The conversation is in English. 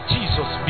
Jesus